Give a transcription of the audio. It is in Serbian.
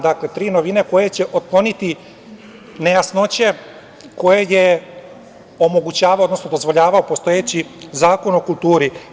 Dakle, tri novine koje će otkloniti nejasnoće koje je omogućavao, odnosno dozvoljavao postojeći Zakon o kulturi.